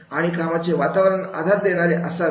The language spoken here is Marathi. आणि कामाचे वातावरण आधार देणारे असावे